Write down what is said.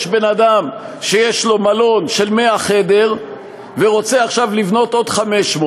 יש בן-אדם שיש לו מלון של 100 חדרים והוא רוצה עכשיו לבנות עוד 500,